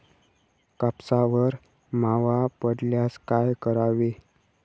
कापसावर मावा पडल्यास काय करावे?